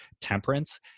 temperance